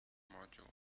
module